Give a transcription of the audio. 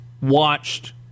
watched